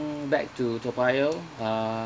back to toa payoh uh